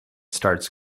starts